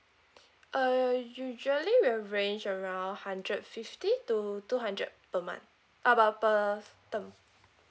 uh usually will range around hundred fifty to two hundred per month uh but per term